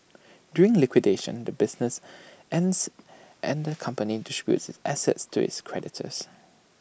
during liquidation the business ends and the company distributes its assets to its creditors